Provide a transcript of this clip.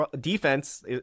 defense